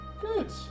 Good